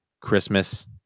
Christmas